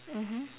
mmhmm